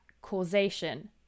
causation